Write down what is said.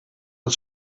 het